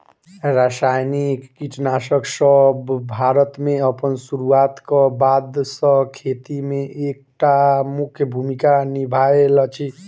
रासायनिक कीटनासकसब भारत मे अप्पन सुरुआत क बाद सँ खेती मे एक टा मुख्य भूमिका निभायल अछि